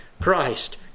Christ